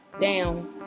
down